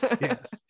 yes